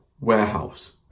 warehouse